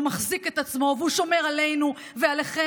והוא מחזיק את עצמו והוא שומר עלינו ועליכם,